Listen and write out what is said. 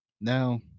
Now